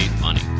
money